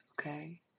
Okay